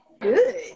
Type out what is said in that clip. Good